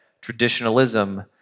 Traditionalism